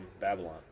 Babylon